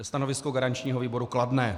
Stanovisko garančního výboru kladné.